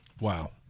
Wow